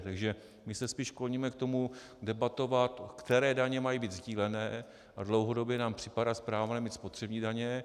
Takže my se spíš kloníme k tomu debatovat, které daně mají být sdílené, a dlouhodobě nám připadá správné mít spotřební daně.